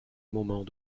moment